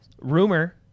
Rumor